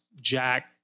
Jack